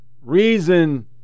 reason